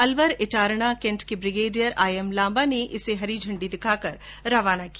Alwar Itarana cantt के brigadier I M Lamba ने इसे हरी झंडी दिखाकर रवाना किया